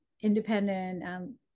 independent